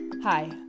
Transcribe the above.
Hi